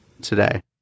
today